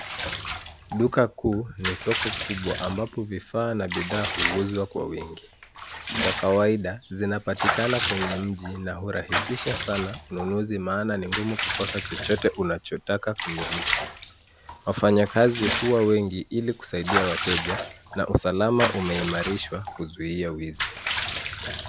Duka kuu ni soko kubwa ambapo vifaa na bidhaa huuzwa kwa wingi. Kwa kawaida zinapatikana kwenye mji na urahisisha sana ununuzi maana ni ngumu kukosa chochote unachotaka kumiliki. Wafanyakazi huwa wengi ili kusaidia wateja na usalama umeimarishwa kuzuia wizi.